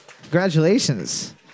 Congratulations